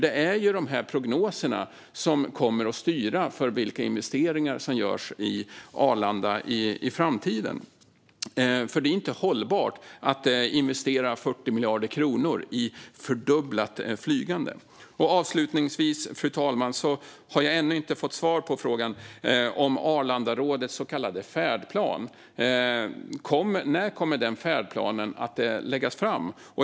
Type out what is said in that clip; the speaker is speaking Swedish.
Det är ju de här prognoserna som kommer att styra vilka investeringar som görs i Arlanda i framtiden. Det är inte hållbart att investera 40 miljarder kronor i fördubblat flygande. Avslutningsvis, fru talman, har jag ännu inte fått svar på frågan om Arlandarådets så kallade färdplan. När kommer den färdplanen att läggas fram?